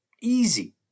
Easy